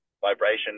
vibration